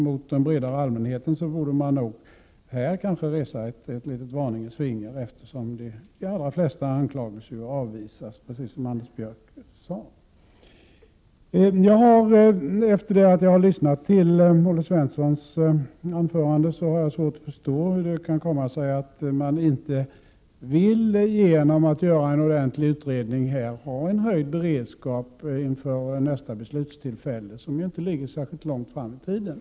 Mot den breda allmänheten borde man här kanske resa ett litet varningens finger, eftersom — precis som Anders Björck nyss sade — de allra flesta anklagelser avvisas. Efter att ha lyssnat till Olle Svenssons anförande har jag svårt att förstå varför man här inte vill göra en ordentlig utredning och därigenom ha en höjd beredskap inför nästa beslutstillfälle, som ju inte ligger särskilt långt fram i tiden.